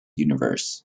universe